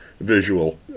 visual